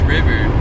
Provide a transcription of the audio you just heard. River